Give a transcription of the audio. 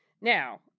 Now